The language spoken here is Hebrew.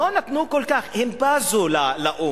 לא נתנו כל כך, הם בזו לאו"ם.